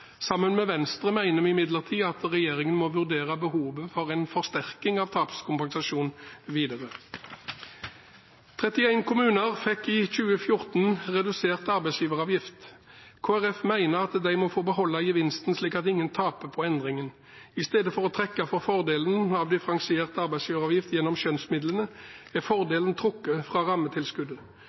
Sammen med Venstre mener vi imidlertid at regjeringen må vurdere behovet for en forsterking av tapskompensasjonen videre. 31 kommuner fikk i 2014 redusert arbeidsgiveravgift. Kristelig Folkeparti mener at de må få beholde gevinsten slik at ingen taper på endringen. I stedet for å trekke for fordelen av differensiert arbeidsgiveravgift gjennom skjønnsmidlene er fordelen trukket fra rammetilskuddet.